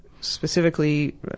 specifically